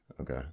Okay